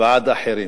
ועד אחרים.